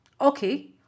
Okay